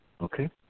Okay